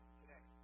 today